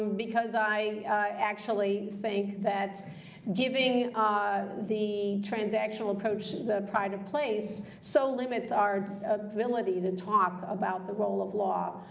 because i actually think that giving ah the transactional approach the pride of place so limits our ability to talk about the role of law.